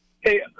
Hey